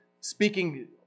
speaking